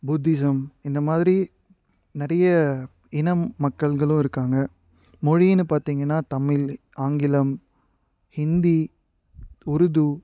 Buddhism இந்த மாதிரி நிறைய இனம் மக்கள்களும் இருக்காங்க மொழின்னு பார்த்தீங்கன்னா தமிழ் ஆங்கிலம் ஹிந்தி உருது